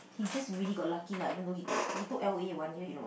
he just really got lucky lah even though he took he took l_o_a one year you know